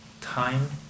time